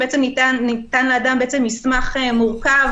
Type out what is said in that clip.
וניתן לאדם מסמך מורכב,